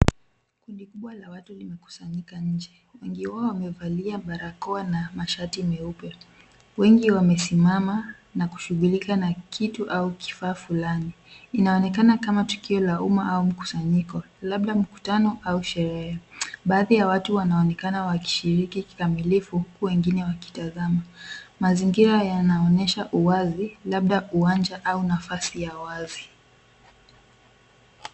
Kundi kubwa la watu limekusanyika nje. Wengi wao wamevalia barakoa na mashati meupe. Wengi wamesimama na kushughulika na kitu au kifaa fulani. Inaonekana kama tukio la umma au mkusanyiko, labda mkutano au sherehe. Baadhi ya watu wanaonekana wakishiriki kikamilifu huku wengine wakitazama. Mazingira yanaonyesha uwazi, labda uwanja au nafasi ya wazi.